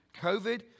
COVID